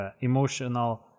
emotional